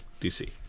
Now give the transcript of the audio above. DC